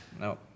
no